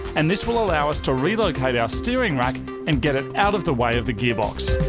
and this will allow us to relocate our steering rack and get it out of the way of the gearbox.